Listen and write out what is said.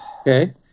Okay